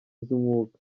z’umwuka